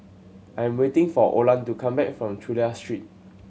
I'm waiting for Olan to come back from Chulia Street